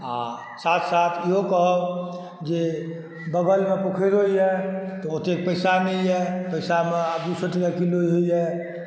आ साथ साथ इहो कहब जे बगलमे पोखरिओ यए तऽ ओतेक पैसा नहि यए पैसामे आब दू सए टके किलो यए